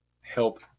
help